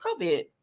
COVID